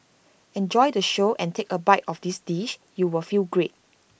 enjoy the show and take A bite of this dish you will feel great